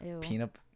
peanut